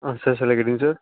ah sir sir